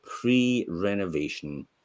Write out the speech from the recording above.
pre-renovation